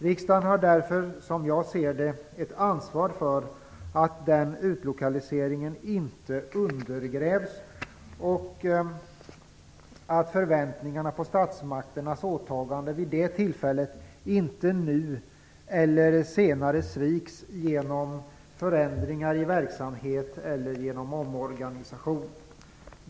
Riksdagen har därför, som jag ser det, ett ansvar för att den utlokaliseringen inte undergrävs och för att förväntningarna på statsmakternas åtagande vid det tillfället inte nu eller senare sviks genom förändringar i verksamheten eller genom en omorganisation.